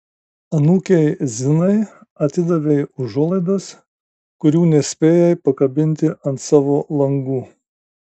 anūkei zinai atidavei užuolaidas kurių nespėjai pakabinti ant savo langų